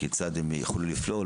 כיצד הם יוכלו לפעול,